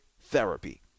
therapy